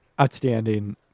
Outstanding